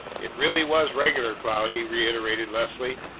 it really was regular, cloudy, reiterated leslie.